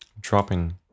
dropping